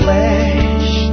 Flesh